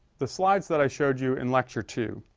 the slides that i showed you in lecture two.